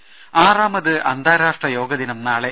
രുമ ആറാമത് അന്താരാഷ്ട്ര യോഗദിനം നാളെ